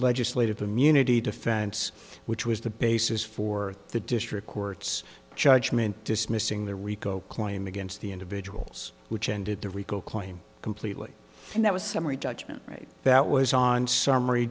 legislative immunity defense which was the basis for the district court's judgment dismissing the rico claim against the individuals which ended the rico claim completely and that was summary judgment that was on summary